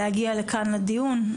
להגיע לכאן לדיון.